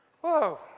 Whoa